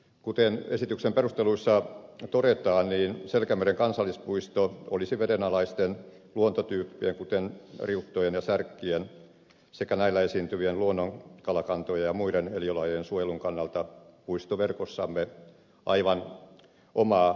kuten esityksen perusteluissa todetaan selkämeren kansallispuisto olisi vedenalaisten luontotyyppien kuten riuttojen ja särkkien sekä näillä esiintyvien luonnonkalakantojen ja muiden eliölajien suojelun kannalta puistoverkossamme aivan omaa luokkaansa